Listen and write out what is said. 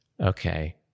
okay